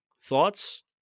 thoughts